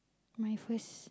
my first